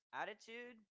attitude